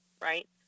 right